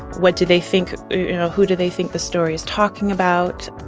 what do they think you know, who do they think the story is talking about?